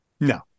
No